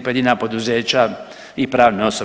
pojedina poduzeća i pravne osobe.